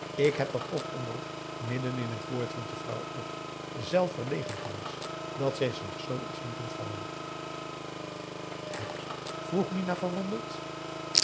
ik heb dat ook onderv midden in het woord hield de vrouw op zelf verlegen thans dat zij zich zoo iets liet ontvallen heb je vroeg minah verwonderd